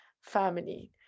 family